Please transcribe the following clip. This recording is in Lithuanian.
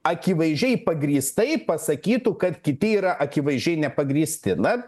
akivaizdžiai pagrįstai pasakytų kad kiti yra akivaizdžiai nepagrįsti na